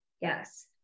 Yes